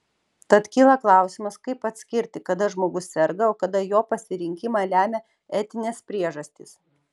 tad kyla klausimas kaip atskirti kada žmogus serga o kada jo pasirinkimą lemia etinės priežastys